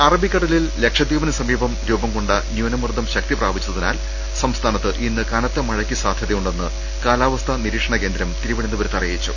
അറബിക്കടലിൽ ലക്ഷദ്വീപിന് സമീപം രൂപംകൊണ്ട ന്യൂനമർദം ശക്തിപ്രാപിച്ചതിനാൽ സംസ്ഥാനത്ത് ഇന്ന് കനത്ത മഴക്ക് സാധ്യതയുണ്ടെന്ന് കാലാവസ്ഥാ നിരീക്ഷണ കേന്ദ്രം തിരുവനന്തപുരത്ത് അറിയിച്ചു